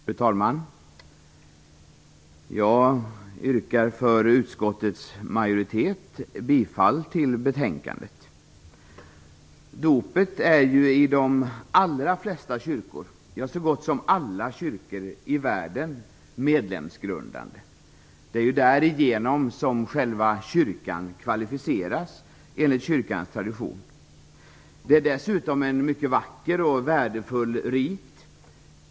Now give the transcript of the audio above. Fru talman! Å utskottsmajoritetens vägnar yrkar jag bifall till utskottets hemställan. Dopet är i de allra flesta kyrkor i världen - så gott som alla - medlemsgrundande. Det är därigenom som själva kyrkan kvalificeras enligt kyrkans tradition. Det är dessutom en mycket vacker och värdefull rit.